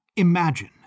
Imagine